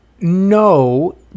No